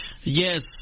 Yes